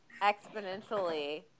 exponentially